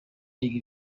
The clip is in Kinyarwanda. yiga